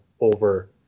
over